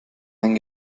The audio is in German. ein